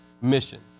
mission